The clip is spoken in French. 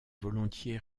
volontiers